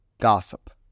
gossip